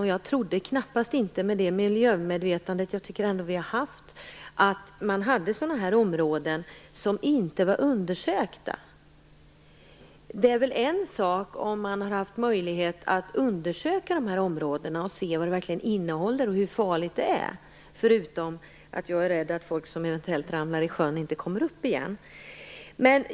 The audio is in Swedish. Med det miljömedvetande som jag ändå tycker finns trodde jag knappast att det fanns sådana här områden, som inte var undersökta. Det är väl en sak om man har haft möjlighet att undersöka de här områdena och se vilka ämnen som finns där och hur farligt det är - men jag är då, som sagt, rädd för att personer som ramlar i sjön inte skulle komma upp igen.